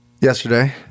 Yesterday